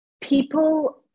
people